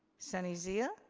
sunny zia?